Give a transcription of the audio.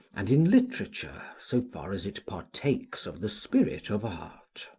and in literature so far as it partakes of the spirit of art.